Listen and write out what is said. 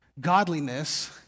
Godliness